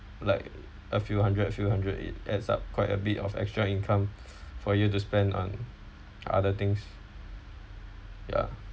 like a few hundred a few hundred it adds up quite a bit of extra income for you to spend on other things ya